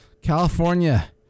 California